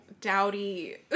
dowdy